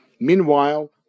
Meanwhile